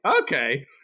Okay